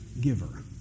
giver